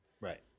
Right